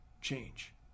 change